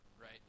right